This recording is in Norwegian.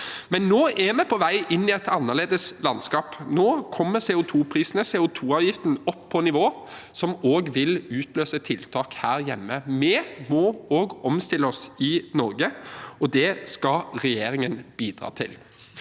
til. Nå er vi på vei inn i et annerledes landskap. Nå kommer CO2-prisene, CO2-avgiften, opp på et nivå som også vil utløse tiltak her hjemme. Vi må også omstille oss i Norge, og det skal regjeringen bidra til.